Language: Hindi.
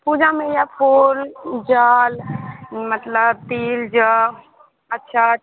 पूजा में या फूल जल मतलब तिल जोे अच्छत